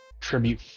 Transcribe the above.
Tribute